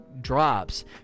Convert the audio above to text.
drops